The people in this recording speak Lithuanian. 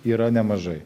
yra nemažai